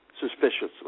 suspiciously